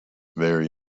very